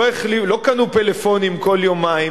לא קנו פלאפונים כל יומיים,